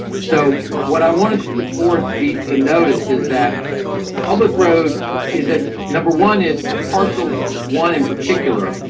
so what i wanted or to be to notice is that public road is that number one is for parcel one in particular.